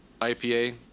IPA